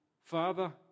Father